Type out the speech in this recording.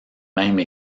même